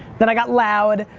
then i got loud,